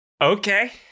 Okay